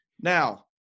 Now